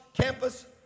campus